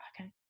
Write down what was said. okay